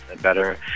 better